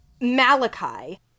Malachi